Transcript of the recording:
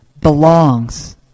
belongs